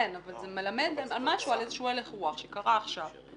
כן, אבל זה מלמד על איזשהו הלך רוח שקרה עכשיו.